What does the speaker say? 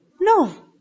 No